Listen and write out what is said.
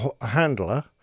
handler